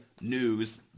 news